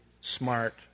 smart